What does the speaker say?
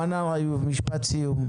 מנאר איוב, משפט סיום.